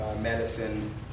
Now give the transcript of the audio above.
medicine